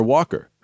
Walker